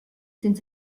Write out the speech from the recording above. sind